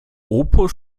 opus